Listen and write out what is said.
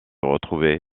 retrouvé